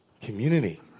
Community